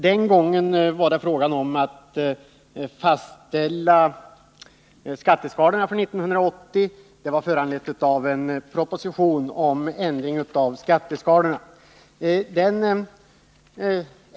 Den gången gällde det att fastställa skatteskalorna för 1980, och ärendet föranleddes då av en proposition om ändring av skatteskalorna.